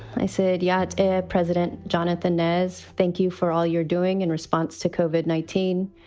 i said yet. president jonathan nez, thank you for all you're doing in response to cauvin nineteen.